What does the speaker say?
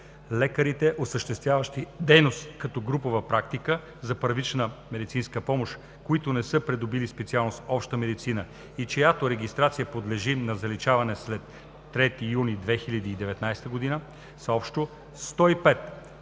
Лекарите, осъществяващи дейност като групова практика за първична медицинска помощ, които не са придобили специалност „Обща медицина“ и чиято регистрация подлежи на заличаване след 3 юни 2019 г., са общо 105.